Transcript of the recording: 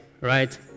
right